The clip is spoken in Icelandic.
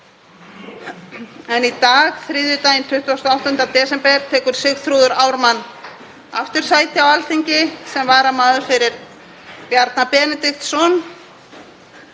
Í dag, þriðjudaginn 28. desember, tekur Sigþrúður Ármann sæti á Alþingi sem varamaður fyrir Bjarna Benediktsson